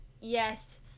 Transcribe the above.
yes